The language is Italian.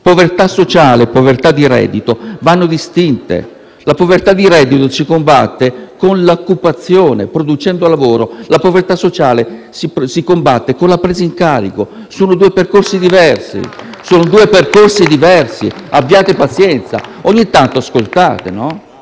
Povertà sociale e povertà di reddito vanno distinte: la povertà di reddito si combatte con l'occupazione, producendo lavoro, mentre la povertà sociale si combatte con la presa in carico. *(Applausi dal Gruppo PD)*. Sono due percorsi diversi: abbiate pazienza, colleghi, ogni tanto ascoltate! La